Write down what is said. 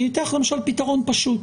אני אתן לך פתרון פשוט.